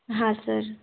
हाँ सर